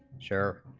sure,